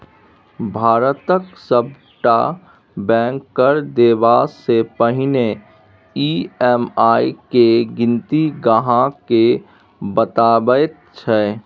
भारतक सभटा बैंक कर्ज देबासँ पहिने ई.एम.आई केर गिनती ग्राहकेँ बताबैत छै